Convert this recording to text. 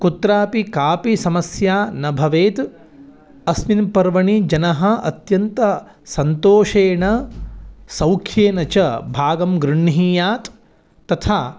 कुत्रापि कापि समस्या न भवेत् अस्मिन् पर्वणि जनाः अत्यन्तं सन्तोषेण सौख्येन च भागं गृह्णीयात् तथा